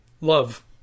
love